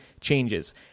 changes